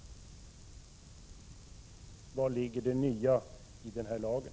Vari ligger det nya i den här lagen?